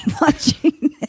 watching